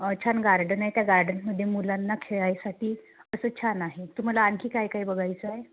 छान गार्डन आहे त्या गार्डनमध्ये मुलांना खेळायसाठी असं छान आहे तुम्हाला आणखी काय काय बघायचं आहे